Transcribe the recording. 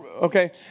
Okay